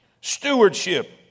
Stewardship